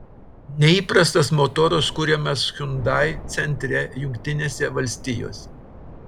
neįprastas motoras kuriamas hyundai centre jungtinėse valstijose